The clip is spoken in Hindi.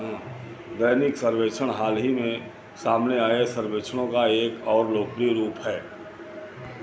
दैनिक सर्वेक्षण हाल ही में सामने आए सर्वेक्षणों का एक और लोकप्रिय रूप है